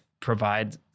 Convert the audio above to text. provide